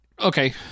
okay